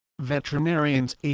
veterinarians